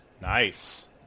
Nice